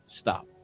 stop